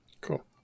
Cool